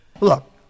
Look